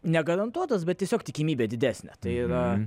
negarantuotos bet tiesiog tikimybė didesnė tai yra